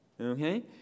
Okay